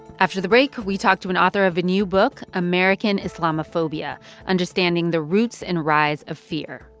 after the break, we talk to an author of a new book, american islamophobia understanding the roots and rise of fear.